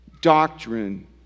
Doctrine